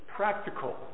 Practical